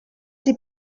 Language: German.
sie